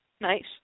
nice